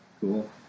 Cool